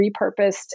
repurposed